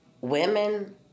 women